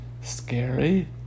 scary